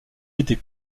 était